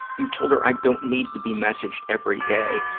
you told her, i don't need to be messaged every day,